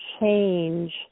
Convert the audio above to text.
change